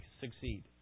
succeed